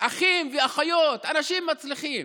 ובאחים ואחיות, אנשים מצליחים.